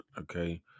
okay